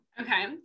okay